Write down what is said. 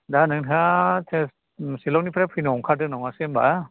दा नोंथांआ सिलंनिफ्राय फैनो ओंखारदों नङासै होमबा